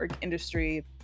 industry